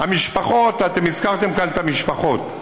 המשפחות, אתם הזכרתם כאן את המשפחות.